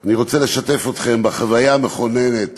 אני רוצה לשתף אתכם בחוויה המכוננת